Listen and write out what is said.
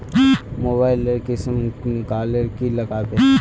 Mobile लेर किसम निकलाले की लागबे?